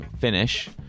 finish